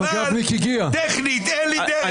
אבל טכנית אין לי דרך.